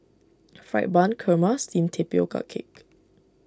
Fried Bun Kurma Steamed Tapioca Cake